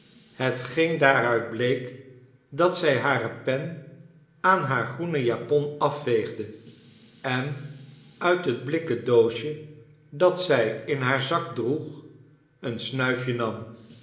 daaruit bleek dat zij hare pen aan haar groenen japon afveegde en uit het blikken doosje dat zij in haar zak droeg een snuifje nam